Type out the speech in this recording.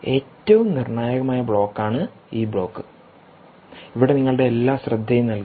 ഏറ്റവും നിർണായക ബ്ലോക്കാണ് ഈ ബ്ലോക്ക് ഇവിടെ നിങ്ങളുടെ എല്ലാ ശ്രദ്ധയും നൽകുക